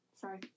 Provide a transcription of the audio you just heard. Sorry